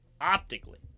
Optically